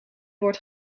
wordt